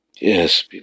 yes